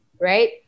Right